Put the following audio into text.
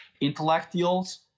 intellectuals